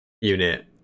unit